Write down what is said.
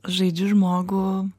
žaidžiu žmogų